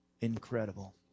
incredible